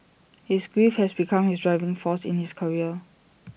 his grief has become his driving force in his career